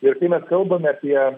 ir kai mes kalbame apie